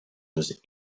was